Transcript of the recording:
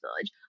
Village